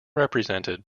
represented